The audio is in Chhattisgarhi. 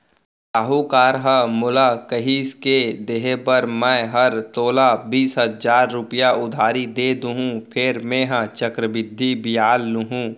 साहूकार ह मोला कहिस के देहे बर मैं हर तोला बीस हजार रूपया उधारी दे देहॅूं फेर मेंहा चक्रबृद्धि बियाल लुहूं